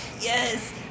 Yes